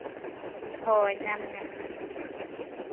ᱦᱳᱭ ᱧᱟᱢᱮᱧ ᱟ ᱵᱤᱱ